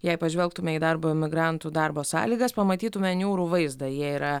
jei pažvelgtume į darbo imigrantų darbo sąlygas pamatytume niūrų vaizdą jie yra